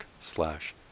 slash